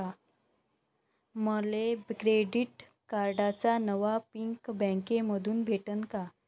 मले क्रेडिट कार्डाचा नवा पिन बँकेमंधून भेटन का?